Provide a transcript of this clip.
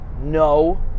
No